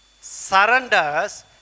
surrenders